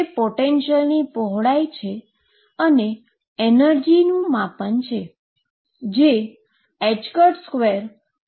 તે પોટેંશેલની પહોળાઈ છે અને એનર્જી માપન જે 2mL2બને છે